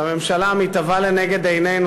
שהממשלה המתהווה לנגד עינינו,